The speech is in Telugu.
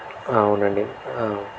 అవునండి